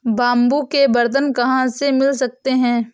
Bamboo के बर्तन कहाँ से मिल सकते हैं?